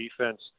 defense